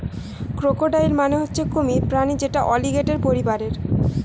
crocodile মানে হচ্ছে কুমির প্রাণী যেটা অলিগেটের পরিবারের